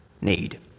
need